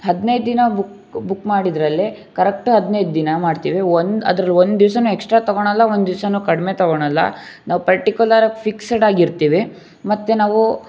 ಹದಿನೈದು ದಿನ book book ಮಾಡಿದ್ರಲ್ಲೇ ಕರೆಕ್ಟು ಹದಿನೈದು ದಿನ ಮಾಡ್ತಿವಿ ಒಂದು ಅದ್ರಲ್ಲಿ ಒಂದು ದಿವ್ಸ ಎಕ್ಸ್ಟ್ರಾ ತಗೊಳೊಲ್ಲ ಒಂದು ದಿವ್ಸ ಕಡಿಮೆ ತಗೊಳೊಲ್ಲ ನಾವು ಪರ್ಟಿಕ್ಯುಲರಾಗಿ ಫಿಕ್ಸಡ್ ಆಗಿರ್ತಿವಿ ಮತ್ತು ನಾವು